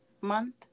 month